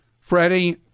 Freddie